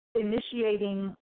initiating